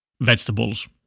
vegetables